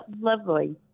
lovely